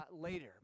later